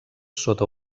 sota